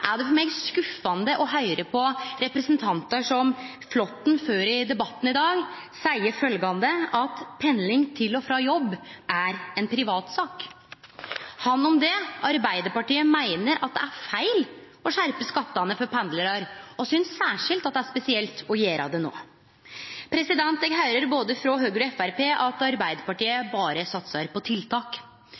er det for meg skuffande å høyre representanten Flåtten i debatten før i dag seie at pendling til og frå jobb er ein privatsak. Han om det – Arbeidarpartiet meiner at det er feil å skjerpe skattane for pendlarar og synest særskilt at det er spesielt å gjere det no. Eg høyrer frå både Høgre og Framstegspartiet at Arbeidarpartiet berre satsar på tiltak.